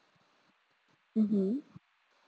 mmhmm